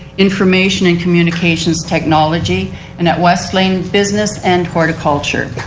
information and communications technology and at wesleyan business and horticulture.